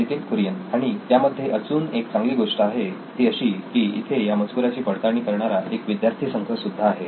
नितीन कुरियन आणि यामध्ये अजून एक चांगली गोष्ट अशी की इथे या मजकुराची पडताळणी करणारा एक विद्यार्थी संघ सुद्धा आहे